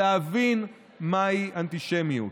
להבין מהי אנטישמיות.